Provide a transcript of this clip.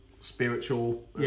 spiritual